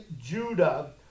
Judah